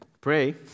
pray